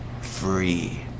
free